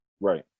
right